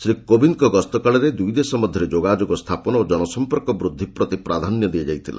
ଶ୍ରୀ କୋବିନ୍ଦଙ୍କ ଗସ୍ତ କାଳରେ ଦୁଇ ଦେଶ ମଧ୍ୟରେ ଯୋଗାଯୋଗ ସ୍ଥାପନ ଓ ଜନସମ୍ପର୍କ ବୃଦ୍ଧି ପ୍ରତି ପ୍ରାଧାନ୍ୟ ଦିଆଯାଇଥିଲା